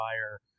fire